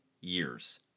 years